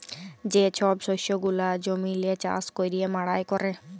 যে ছব শস্য গুলা জমিল্লে চাষ ক্যইরে মাড়াই ক্যরে